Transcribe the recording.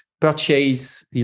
purchase